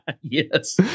yes